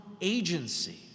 agency